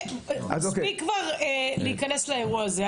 מספיק כבר להיכנס לאירוע הזה.